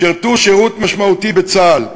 שירתו שירות משמעותי בצה"ל,